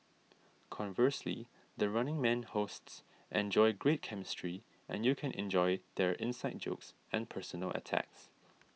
conversely the Running Man hosts enjoy great chemistry and you can enjoy their inside jokes and personal attacks